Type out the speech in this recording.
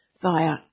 via